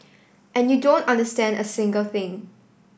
and you don't understand a single thing